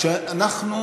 כשאנחנו,